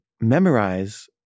memorize